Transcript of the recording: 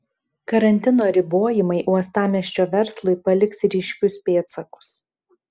karantino ribojimai uostamiesčio verslui paliks ryškius pėdsakus